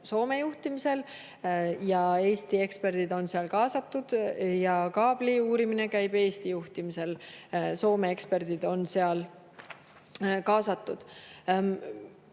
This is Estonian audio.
Soome juhtimisel ja Eesti eksperdid on seal kaasatud, kaabli uurimine käib Eesti juhtimisel ja Soome eksperdid on seal kaasatud. Meie